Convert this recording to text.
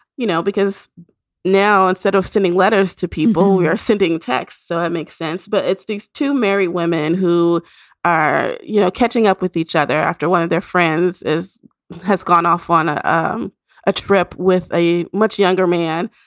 you know, because now instead of sending letters to people, we are sending texts. so it makes sense. but it's these two married women who are, you know, catching up with each other after one of their friends is has gone off on ah um a trip with a much younger man.